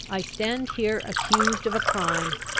i stand here accused of a crime,